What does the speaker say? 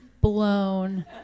blown